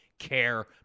care